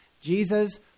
Jesus